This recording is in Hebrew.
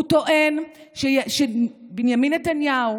הוא טוען שבנימין נתניהו,